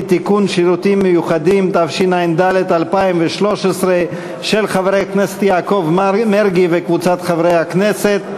הרווחה והבריאות לצורך הכנתה לקריאה ראשונה.